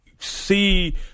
see